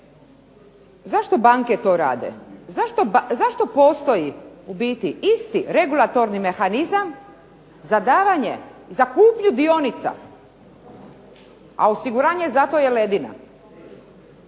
Zašto banke to rade? Zašto postoji u biti isti regulatorni mehanizam, za davanje, za kupnju dionica, a osiguranje za to je ledina